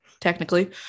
technically